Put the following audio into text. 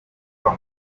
kwa